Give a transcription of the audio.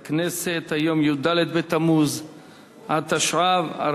י"ד בתמוז התשע"ב,